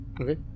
Okay